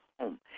home